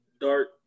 Dark